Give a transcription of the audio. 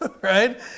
right